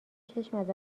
چشم